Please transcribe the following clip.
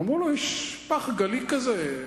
אמרו לו: יש פח גלי כזה,